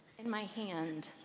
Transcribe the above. in my hand.